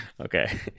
Okay